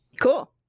Cool